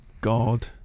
God